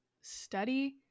study